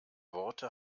worte